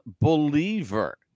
believer